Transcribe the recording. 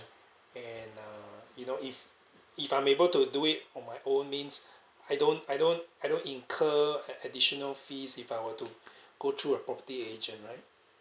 and uh you know if if I'm able to do it on my own means I don't I don't I don't incur an additional fees if I were to go through a property agent right